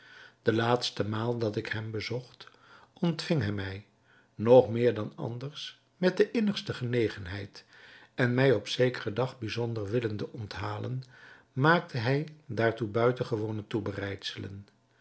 de laatste maal dat ik hem bezocht ontving hij mij nog meer dan anders met de innigste genegenheid en mij op zekeren dag bijzonder willende onthalen maakte hij daartoe buitengewone toebereidselen